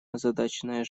озадаченная